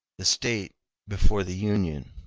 the state before the union.